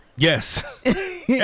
yes